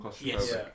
Yes